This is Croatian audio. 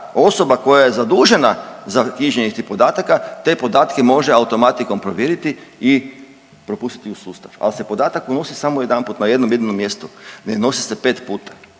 osoba koja je zadužena za knjiženje tih podataka, te podatke može automatikom provjeriti i propustiti u sustav, ali se podatak unosi samo jedanput na jednom jedinom mjestu, ne unosi se 5 puta.